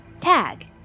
tag